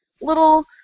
little